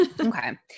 Okay